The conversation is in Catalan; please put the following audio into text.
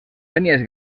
tenies